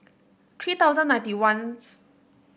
three thousand ninety one